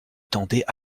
tendait